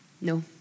No